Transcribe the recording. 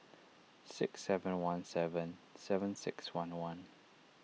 six seven one seven seven six one one